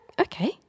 okay